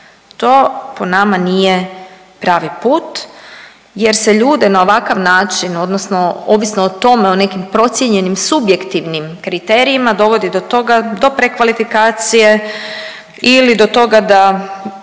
To po nama nije pravi put, jer se ljude na ovakav način, odnosno ovisno o tome, o nekim procijenjenim subjektivnim kriterijima dovodi do toga, do prekvalifikacije ili do toga da